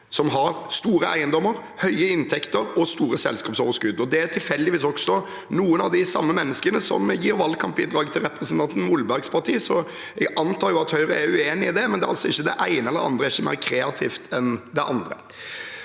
formuer, store eiendommer, høye inntekter og store selskapsoverskudd. Det er tilfeldigvis også noen av de samme menneskene som gir valgkampbidrag til representanten Molbergs parti. Jeg antar at Høyre er uenig i det, men det ene er ikke mer kreativt enn det andre.